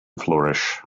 flourish